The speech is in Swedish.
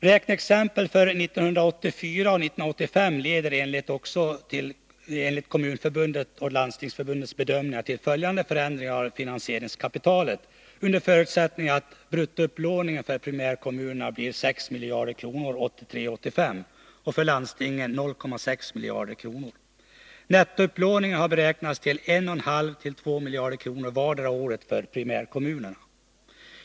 Räkneexemplet för 1984 och 1985 leder enligt Kommunförbundets och Landstingsförbundets bedömningar till följande förändring av finansieringskapitalet under förutsättning att bruttoupplåningen för primärkommunerna blir 6 miljarder kronor 1983-1985 och för landstingen 0,6 miljarder kronor. Nettoupplåningen har beräknats till 1,5—-2 miljarder kronor vartdera året för primärkommunerna.